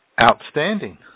Outstanding